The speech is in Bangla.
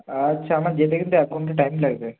আচ্ছা আমার যেতে কিন্তু এক ঘন্টা টাইম লাগবে